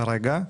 כרגע,